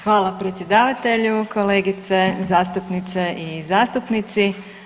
Hvala predsjedavatelju, kolegice zastupnice i zastupnici.